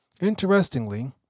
Interestingly